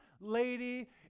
lady